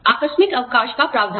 आकस्मिक अवकाश का प्रावधान